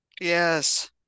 Yes